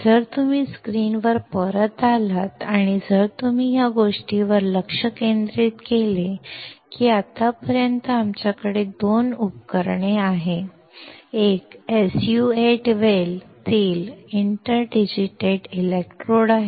जर तुम्ही स्क्रीनवर परत आलात आणि जर तुम्ही या गोष्टीवर लक्ष केंद्रित केले की आतापर्यंत आमच्याकडे 2 उपकरणे आहेत एक SU 8 वेल तील इंटर डिजिटेटेड इलेक्ट्रोड आहे